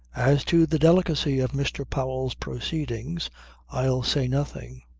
as to the delicacy of mr. powell's proceedings i'll say nothing.